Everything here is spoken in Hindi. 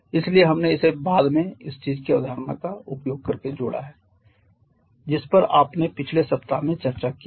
इसलिए हमने इसे बाद में इस चीज की अवधारणा का उपयोग करके जोड़ा है जिस पर आपने पिछले सप्ताह में चर्चा की है